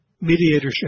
mediatorship